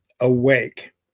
Awake